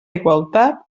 igualtat